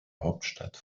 hauptstadt